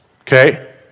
Okay